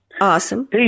Awesome